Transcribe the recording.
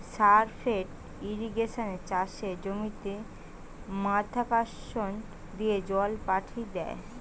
surface ইর্রিগেশনে চাষের জমিতে মাধ্যাকর্ষণ দিয়ে জল পাঠি দ্যায়